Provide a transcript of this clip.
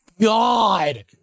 God